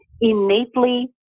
innately